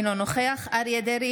אינו נוכח אריה מכלוף דרעי,